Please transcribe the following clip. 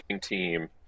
team